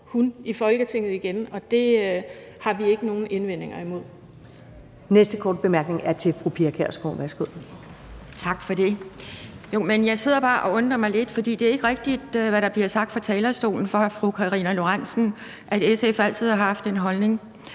hun i Folketinget igen, og det har vi ikke nogen indvendinger imod.